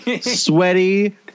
sweaty